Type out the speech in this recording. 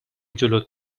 جلوت